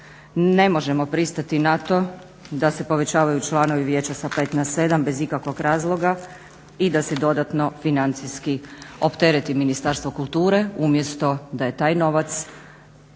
ne možemo pristati na to da se povećavaju članovi vijeća sa 5 na 7 bez ikakvog razloga i da se dodatno financijski optereti Ministarstvo kulture umjesto da je taj novac